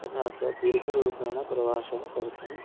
तथा च दीर्घरूपेण प्रवासं कर्तुम्